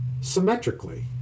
symmetrically